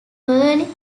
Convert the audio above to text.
purely